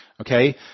Okay